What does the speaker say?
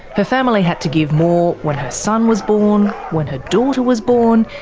her family had to give more when her son was born, when her daughter was born,